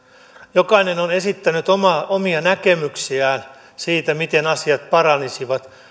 jokainen on esittänyt omia näkemyksiään siitä miten asiat paranisivat